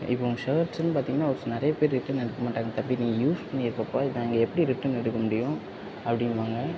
இப்போ ஷர்ட்ஸ்ன்னு பார்த்தீங்கன்னா ஒரு சில நிறைய பேர் ரிட்டன் எடுக்க மாட்டாங்க தம்பி நீ யூஸ் பண்ணிருக்கப்பா இதை நாங்கள் எப்படி ரிட்டன் எடுக்க முடியும் அப்படின்பாங்க